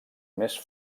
més